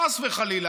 חס וחלילה.